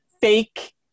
fake